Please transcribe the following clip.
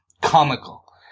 comical